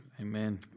Amen